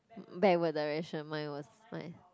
backward direction mine was mine